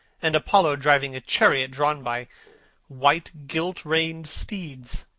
and apollo driving a chariot drawn by white, gilt-reined steeds?